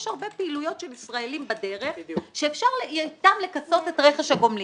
יש הרבה פעילויות של ישראלים בדרך שאפשר איתם לכסות את רכש הגומלין.